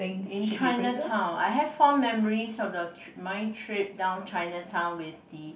in Chinatown I had form memories of the mind trip down Chinatown with the